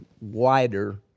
wider